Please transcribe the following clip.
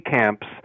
camps